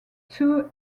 two